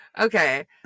okay